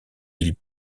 ils